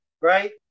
right